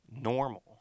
normal